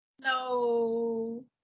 No